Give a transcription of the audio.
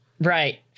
right